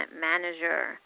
manager